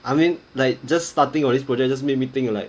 I mean like just starting on this project just make me think of like